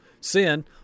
Sin